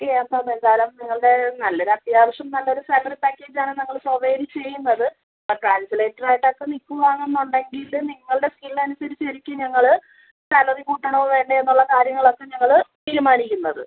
okay അപ്പം എന്തായാലും നിങ്ങളുടെ നല്ല ഒരു അത്യാവശ്യം നല്ല ഒരു സാലറി പാക്കേജാണ് ഞങ്ങൾ പ്രൊവൈഡ് ചെയ്യുന്നത് അപ്പം ട്രാൻസിലേറ്ററായിട്ടൊക്കെ നിൽക്കുവാണ് എന്നുണ്ടെങ്കിൽ നിങ്ങളുടെ സ്കില്ല അനുസരിച്ചായിരിക്കും ഞങ്ങൾ സാലറി കൂട്ടണോ വേണ്ടയോ എന്നുള്ള കാര്യങ്ങളൊക്കെ ഞങ്ങൾ തീരുമാനിക്കുന്നത്